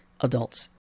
adults